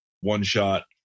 one-shot